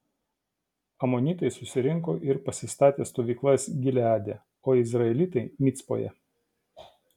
amonitai susirinko ir pasistatė stovyklas gileade o izraelitai micpoje